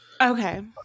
Okay